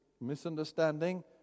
misunderstanding